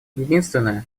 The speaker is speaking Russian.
единственное